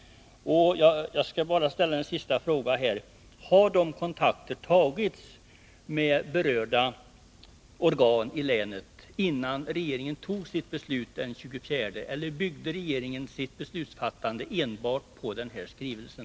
Till sist vill jag bara fråga: Har kontakter tagits med berörda organ i länet, innan regeringen fattade sitt beslut den 24 februari, eller byggde regeringen sitt beslutsfattande enbart på den nämnda skrivelsen?